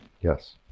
Yes